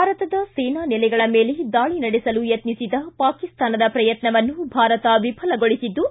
ಭಾರತದ ಸೇನಾ ನೆಲೆಗಳ ಮೇಲೆ ದಾಳಿ ನಡೆಸಲು ಯತ್ನಿಸಿದ ಪಾಕಿಸ್ತಾನದ ಪ್ರಯತ್ನವನ್ನು ಭಾರತ ವಿಫಲಗೊಳಿಸಿದ್ದು